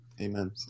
amen